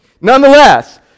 Nonetheless